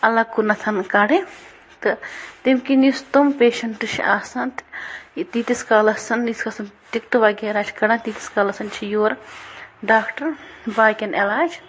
الگ کُنَتھ کَڑٕنۍ تہٕ تٔمۍ کِنۍ یُس تِم پیشنٛٹ چھِ آسان تہٕ تیٖتِس کالَس ییٖتِس تِم ٹِکٹہٕ وَغیرہ چھِ کَران تیٖتِس کالَس چھِ یورٕ ڈاکٹر باقِین علاج